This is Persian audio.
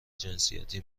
جنسیتی